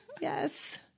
Yes